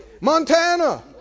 Montana